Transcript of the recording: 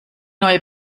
neue